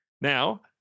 Now